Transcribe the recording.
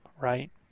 right